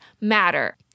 matter